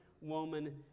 woman